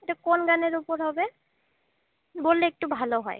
এটা কোন গানের উপর হবে বললে একটু ভালো হয়